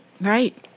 Right